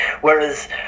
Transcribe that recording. Whereas